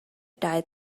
died